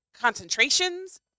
concentrations